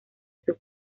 sus